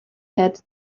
had